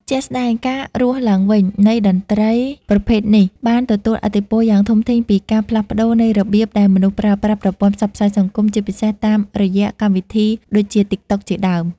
ជាក់ស្តែង ការរស់ឡើងវិញនៃតន្ត្រីប្រភេទនេះបានទទួលឥទ្ធិពលយ៉ាងធំធេងពីការផ្លាស់ប្តូរនៃរបៀបដែលមនុស្សប្រើប្រាស់ប្រព័ន្ធផ្សព្វផ្សាយសង្គម ជាពិសេសតាមរយៈកម្មវិធីដូចជា TikTok ជាដើម។